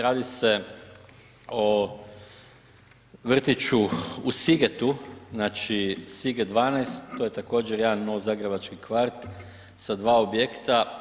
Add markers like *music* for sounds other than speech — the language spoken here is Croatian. Radi se o vrtiću u Sigetu, znači Siget 12, to je također jedan ... *unintelligible* zagrebački kvart sa dva objekta.